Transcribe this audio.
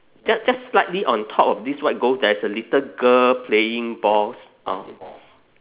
just just slightly on top of this white ghost there is a little girl playing balls orh